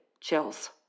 chills